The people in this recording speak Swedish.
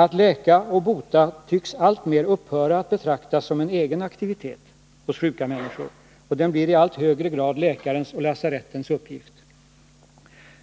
Att läka och bota tycks alltmer upphöra att betraktas som en egen aktivitet hos sjuka människor och blir i allt högre grad läkarens och lasarettens uppgift.